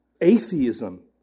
Atheism